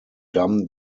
dame